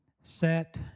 set